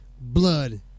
blood